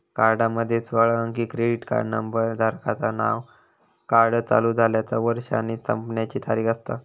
कार्डामध्ये सोळा अंकी क्रेडिट कार्ड नंबर, धारकाचा नाव, कार्ड चालू झाल्याचा वर्ष आणि संपण्याची तारीख असता